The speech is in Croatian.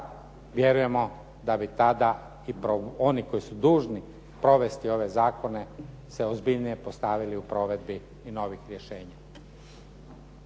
vjerujemo da bi tada i oni koji su dužni provesti ove zakone se ozbiljnije postavili u provedbi i novih rješenja.